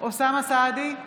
אוסאמה סעדי,